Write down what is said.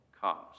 comes